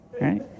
Right